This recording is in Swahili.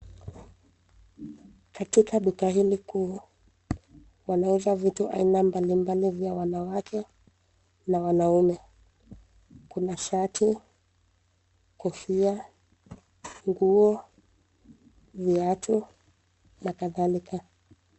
Katika duka hili kuu, wanauza vitu aina mbalimbali vya wanawake na wanaume. Kuna shati, kofia, nguo, viatu na kadhalika.